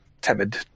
timid